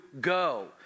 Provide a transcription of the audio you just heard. go